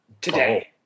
today